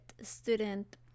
student